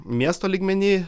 miesto lygmeny